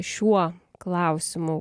šiuo klausimu